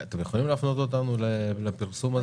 אתם יכולים להפנות אותנו לפרסום הזה?